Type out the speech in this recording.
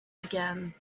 again